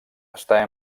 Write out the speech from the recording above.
està